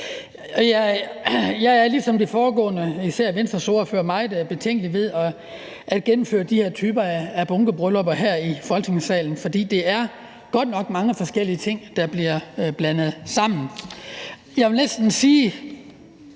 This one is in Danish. jeg er ligesom et par af de foregående talere, især Venstres ordfører, meget betænkelig ved at gennemføre den her type bunkebryllupper her i Folketingssalen, for det er godt nok mange forskellige ting, der bliver blandet sammen. Socialdemokraternes